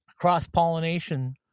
cross-pollination